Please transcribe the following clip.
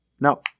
No